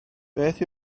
beth